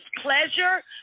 pleasure